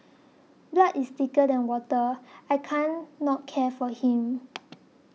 blood is thicker than water I can not care for him